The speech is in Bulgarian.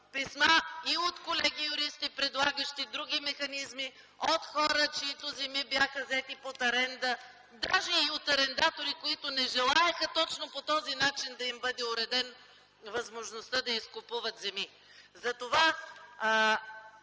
писма от колеги юристи, предлагащи други механизми, от хора, чиито земи бяха взети под аренда, даже и от арендатори, които не желаеха точно по този начин да им бъде уредена възможността да изкупуват земи.